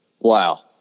Wow